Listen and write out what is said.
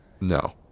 no